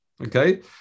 Okay